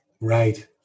right